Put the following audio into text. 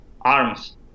arms